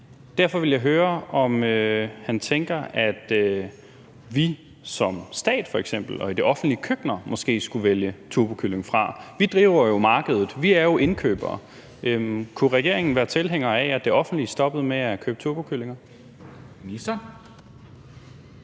Derfor vil jeg høre, om han tænker, at vi som stat f.eks. og de offentlige køkkener måske skulle vælge turbokyllinger fra. Vi driver jo markedet, vi er indkøbere. Kunne regeringen være tilhænger af, at det offentlige stoppede med at købe turbokyllinger? Kl.